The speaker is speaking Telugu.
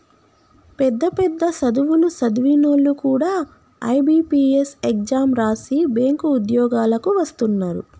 పెద్ద పెద్ద సదువులు సదివినోల్లు కూడా ఐ.బి.పీ.ఎస్ ఎగ్జాం రాసి బ్యేంకు ఉద్యోగాలకు వస్తున్నరు